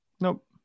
Nope